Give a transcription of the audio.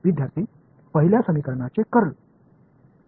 विद्यार्थीः पहिल्या समीकरणाचे कर्ल